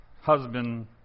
husband